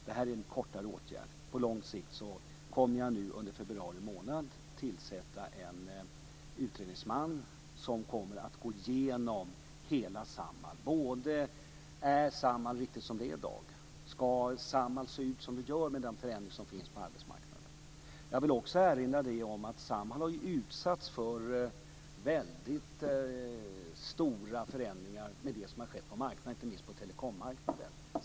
När det gäller åtgärder på lång sikt kommer jag, som jag har sagt, att under februari månad tillsätta en utredningsman som kommer att gå igenom hela Samhall. Är Samhall riktigt som det är i dag? Ska Samhall se ut som det gör med tanke på den förändring som sker på arbetsmarknaden? Jag vill också erinra om att Samhall har utsatts för väldigt stora förändringar i och med det som har skett på marknaden, inte minst på telekommarknaden.